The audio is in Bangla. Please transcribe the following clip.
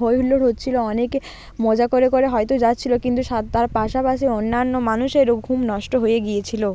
হই হুল্লোড় হচ্ছিলো অনেকে মজা করে করে হয়তো যাচ্ছিলো কিন্তু সা তার পাশাপাশি অন্যান্য মানুষেরও ঘুম নষ্ট হয়ে গিয়েছিলো